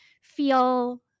feel